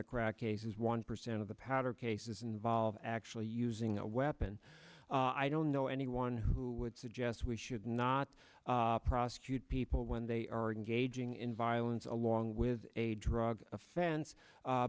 the crack cases one percent of the powder cases involve actually using a weapon i don't know anyone who would suggest we should not prosecute people when they are engaging in violence along with a drug offense